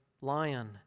lion